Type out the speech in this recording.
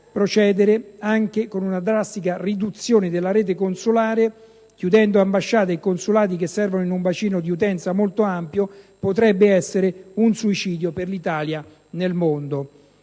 procedere anche con una drastica riduzione della rete consolare, chiudendo ambasciate e consolati che servono un bacino di utenza molto ampio, potrebbe essere un suicidio per l'Italia nel mondo;